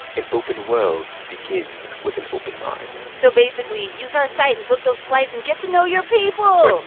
an open world begins with an open mind so basically, use our site and book those flights and get to know your people